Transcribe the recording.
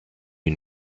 you